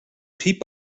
peep